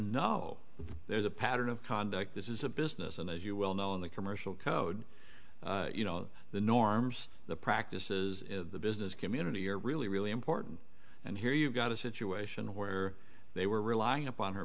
know there's a pattern of conduct this is a business and as you well know in the commercial code you know the norms the practices of the business community are really really important and here you've got a situation where they were relying upon her